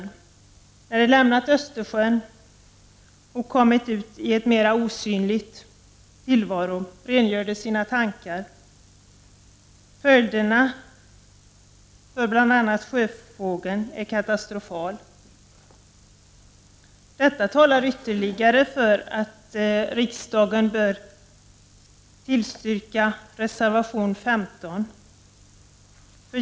När fartygen lämnat Östersjön och kommit ut i en mera osynlig tillvaro, rengör de sina tankar. Följderna för bl.a. sjöfågel blir katastrofala. Detta talar ytterligare för att riksdagen bör bifalla reservation 15.